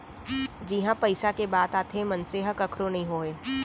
जिहाँ पइसा के बात आथे मनसे ह कखरो नइ होवय